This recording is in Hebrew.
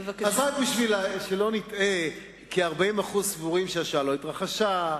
רק כדי שלא נטעה, כ-40% סבורים שהשואה לא התרחשה,